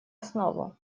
основу